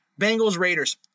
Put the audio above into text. Bengals-Raiders